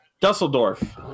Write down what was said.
Dusseldorf